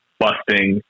busting